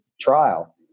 trial